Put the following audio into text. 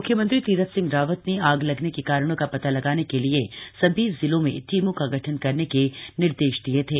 मुख्यमंत्री तीरथ सिंह रावत ने आग लगने के कारणों का पता लगाने के लिए सभी जिलों टीमों का गठन करने के निर्देश दिए थे